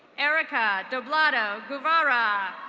erika deblotto guevara.